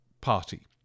party